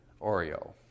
Oreo